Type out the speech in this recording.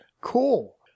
Cool